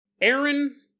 aaron